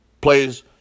plays